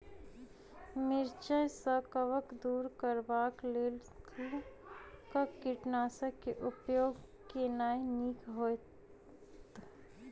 मिरचाई सँ कवक दूर करबाक लेल केँ कीटनासक केँ उपयोग केनाइ नीक होइत?